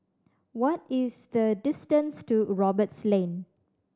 what is the distance to Roberts Lane